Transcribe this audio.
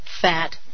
fat